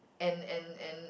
and and and